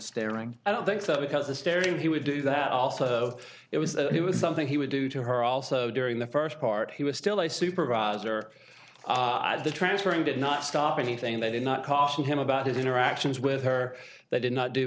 staring i don't think so because the staring he would do that also it was something he would do to her also during the first part he was still a supervisor at the transfer and did not stop anything they did not call him about his interactions with her they did not do